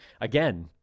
again